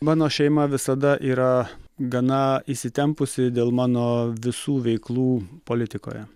mano šeima visada yra gana įsitempusi dėl mano visų veiklų politikoje